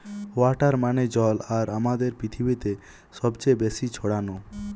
water মানে জল আর আমাদের পৃথিবীতে সবচে বেশি ছড়ানো